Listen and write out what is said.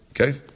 Okay